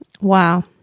Wow